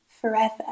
forever